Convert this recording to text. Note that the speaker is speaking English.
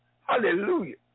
Hallelujah